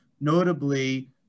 notably